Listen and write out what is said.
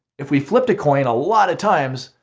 if we flipped a coin a lot of times,